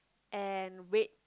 and red